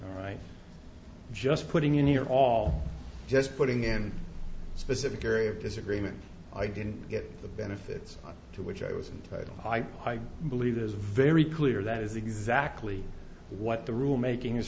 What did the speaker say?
all right just putting in your all just putting in a specific area of disagreement i didn't get the benefits to which i was entitle i believe it is very clear that is exactly what the rule making is